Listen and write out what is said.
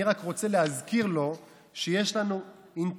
אני רק רוצה להזכיר לו שיש לנו אינטרסים